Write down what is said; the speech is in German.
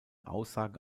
aussagen